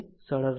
તે સરળ રહેશે